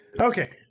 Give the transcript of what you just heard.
Okay